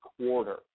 quarter